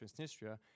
Transnistria